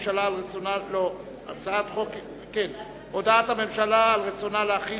בסדר-היום: הודעת הממשלה על רצונה להחיל